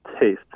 taste